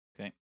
Okay